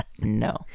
No